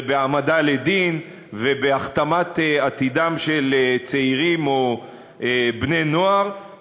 בהעמדה לדין ובהכתמת עתידם של צעירים או בני-נוער,